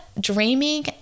dreaming